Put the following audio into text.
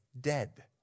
dead